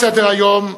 תם סדר-היום.